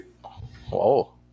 Whoa